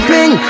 Ping